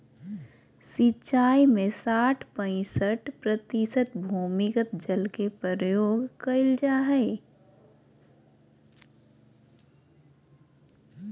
सिंचाई में साठ पईंसठ प्रतिशत भूमिगत जल के प्रयोग कइल जाय हइ